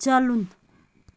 چلُن